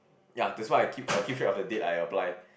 ya that's why I keep I keep track of the date I apply